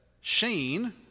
Shane